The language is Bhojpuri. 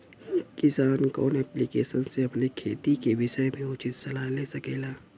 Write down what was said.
किसान कवन ऐप्लिकेशन से अपने खेती के विषय मे उचित सलाह ले सकेला?